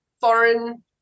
foreign